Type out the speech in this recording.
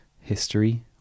history